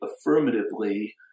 affirmatively